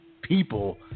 people